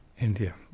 India